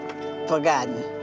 forgotten